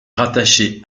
rattachée